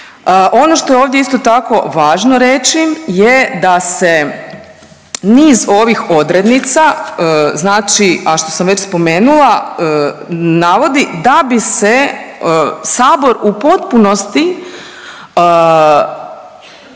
Ono što je ovdje isto tako važno reći je da se niz ovih odrednica, znači a što sam već spomenula navodi da bi se Sabor u potpunosti